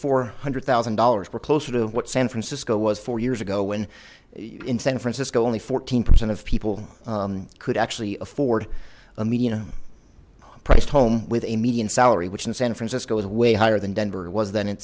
four hundred thousand dollars were closer to what san francisco was four years ago when in san francisco only fourteen percent of people could actually afford a median priced home with a median salary which in san francisco is way higher than denver was then it